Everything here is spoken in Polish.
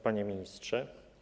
Panie Ministrze!